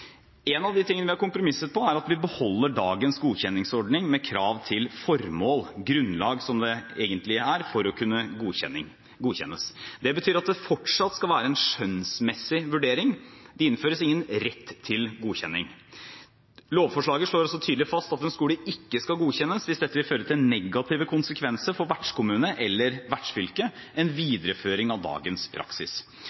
En av de tingene vi har kompromisset på, er at vi beholder dagens godkjenningsordning med krav til formål – grunnlag, som det egentlig er – for å kunne godkjennes. Det betyr at det fortsatt skal være en skjønnsmessig vurdering – det innføres ingen rett til godkjenning. Lovforslaget slår også tydelig fast at en skole ikke skal godkjennes hvis dette vil føre til negative konsekvenser for vertskommune eller vertsfylke – en videreføring av dagens praksis.